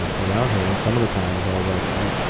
around her, and some of the times, i was like, i'm